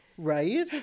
Right